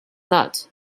not